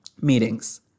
Meetings